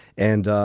and